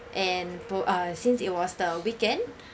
and po~ since it was the weekend